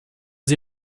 sie